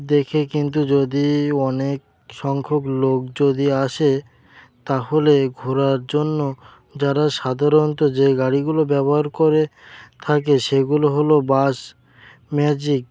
দেখে কিন্তু যদি অনেক সংখ্যক লোক যদি আসে তাহলে ঘোরার জন্য যারা সাধারণত যে গাড়িগুলো ব্যবহার করে থাকে সেগুলো হলো বাস ম্যাজিক